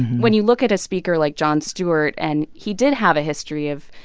when you look at a speaker like jon stewart and he did have a history of.